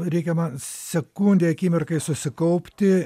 reikia man sekundei akimirkai susikaupti